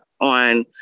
on